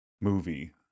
movie